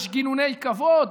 יש גינוני כבוד,